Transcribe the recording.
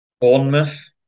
Bournemouth